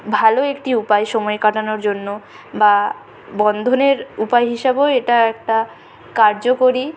ভালো একটি উপায় সময় কাটানোর জন্য বা বন্ধনের উপায় হিসাবেও এটা একটা কার্যকরী